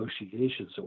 negotiations